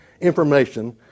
information